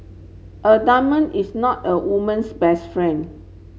a diamond is not a woman's best friend